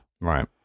Right